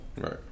Right